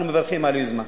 אנחנו מברכים על היוזמה,